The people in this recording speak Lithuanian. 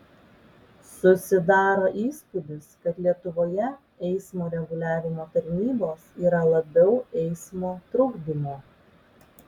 susidaro įspūdis kad lietuvoje eismo reguliavimo tarnybos yra labiau eismo trukdymo